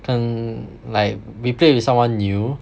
跟 like we played with someone new